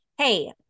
hey